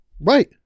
right